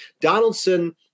Donaldson –